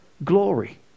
glory